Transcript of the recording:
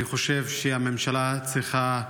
אני חושב שהממשלה צריכה,